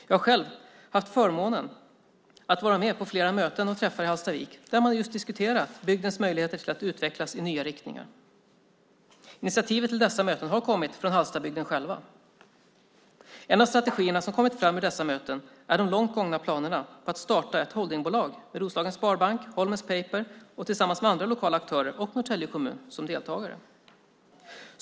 Jag har själv haft förmånen att vara med på flera möten och träffar i Hallstavik där man diskuterat bygdens möjligheter till att utvecklas i nya riktningar. Initiativet till dessa möten har kommit från bygden. En av strategierna som kommit fram ur dessa möten är de långt gångna planerna på att starta ett holdingbolag med Roslagens Sparbank, Holmen Paper, andra lokala aktörer och Norrtälje kommun som deltagare.